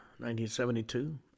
1972